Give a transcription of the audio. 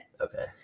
Okay